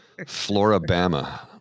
Florabama